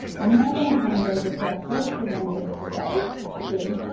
i'm now going to hand over to our first presenter of the day, sue.